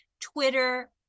Twitter